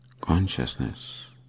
consciousness